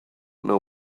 know